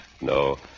No